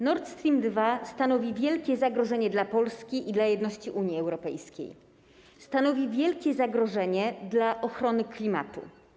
Nord Stream 2 stanowi wielkie zagrożenie dla Polski i dla jedności Unii Europejskiej, stanowi wielkie zagrożenie dla ochrony klimatu.